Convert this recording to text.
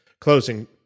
closing